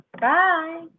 Bye